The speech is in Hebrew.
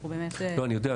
אני יודע.